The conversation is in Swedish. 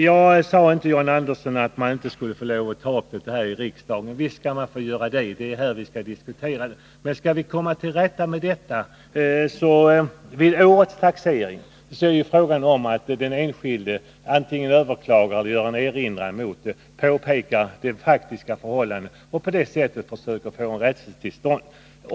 Jag sade inte, John Andersson, att man inte skulle få lov att ta upp dessa frågor i riksdagen. Visst skall man få göra det — det är här vi skall diskutera det. Men skall vi komma till rätta med problemen vid årets taxering är det ju fråga om att den enskilde antingen skall överklaga eller göra en erinran och påpeka de faktiska förhållandena för att på det sättet försöka få en rättelse till stånd.